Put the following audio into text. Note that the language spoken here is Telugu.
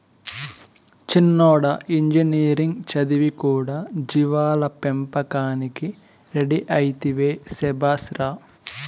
చిన్నోడా ఇంజనీరింగ్ చదివి కూడా జీవాల పెంపకానికి రెడీ అయితివే శభాష్ రా